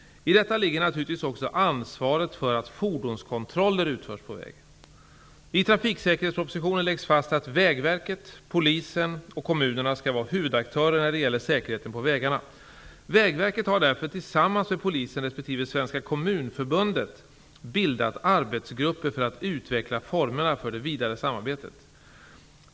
I detta ligger naturligtvis också ansvaret för att fordonskontroller utförs på väg. Vägverket, Polisen och kommunerna skall vara huvudaktörer när det gäller säkerheten på vägarna. Vägverket har därför tillsammans med Polisen respektive Svenska kommunförbundet bildat arbetsgrupper för att utveckla formerna för det vidare samarbetet.